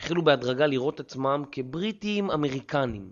התחילו בהדרגה לראות עצמם כבריטים אמריקנים